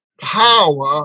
power